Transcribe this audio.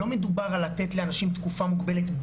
לא מדובר על לתת לאנשים תקופה מוגבלת,